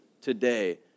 today